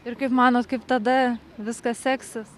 ir kaip manot kaip tada viskas seksis